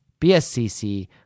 BSCC